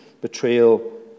Betrayal